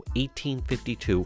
1852